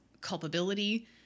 culpability